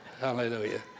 Hallelujah